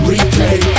Replay